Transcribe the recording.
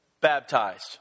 baptized